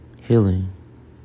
Healing